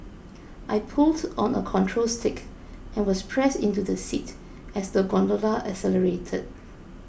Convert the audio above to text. I pulled on a control stick and was pressed into the seat as the gondola accelerated